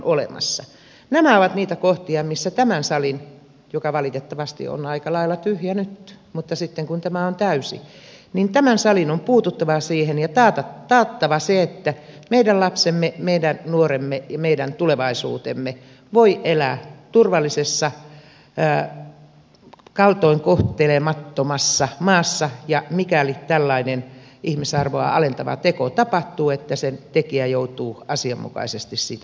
nämä ovat niitä kohtia missä tämän salin joka valitettavasti on aika lailla tyhjä nyt mutta sitten kun tämä on täysi on puututtava siihen ja taattava se että meidän lapsemme meidän nuoremme ja meidän tulevaisuutemme voivat elää turvallisessa kaltoin kohtelemattomassa maassa ja että mikäli tällainen ihmisarvoa alentava teko tapahtuu sen tekijä joutuu asianmukaisesti siitä tuomiolle